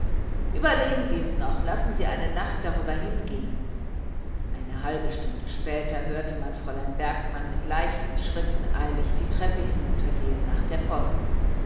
überlegen sie es sich noch lassen sie eine nacht darüber hingehen eine halbe stunde später hörte man fräulein bergmann mit eiligen elastischen schritten die treppe hinuntergehen nach der post